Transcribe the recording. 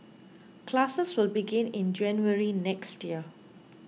classes will begin in January next year